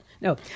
No